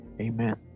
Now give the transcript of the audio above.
Amen